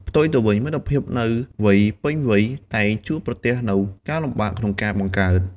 ផ្ទុយទៅវិញ មិត្តភាពនៅវ័យពេញវ័យ តែងជួបប្រទះនូវការលំបាកក្នុងការបង្កើត។